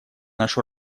нашу